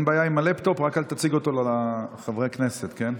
בעיה עם הלפטופ, רק אל תציג אותו לחברי הכנסת, כן?